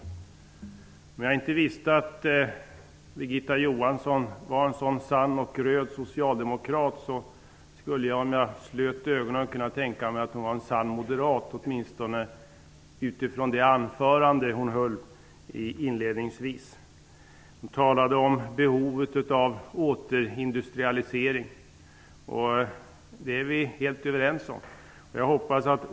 Om jag inte visste att Birgitta Johansson var en så sann och röd socialdemokrat skulle jag, om jag slöt ögonen, kunna tänka mig att hon var en sann moderat, åtminstone utifrån det anförande hon höll inledningsvis. Hon talade om behovet av återindustrialisering. Det är vi helt överens om.